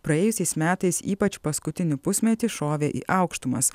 praėjusiais metais ypač paskutinį pusmetį šovė į aukštumas